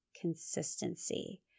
consistency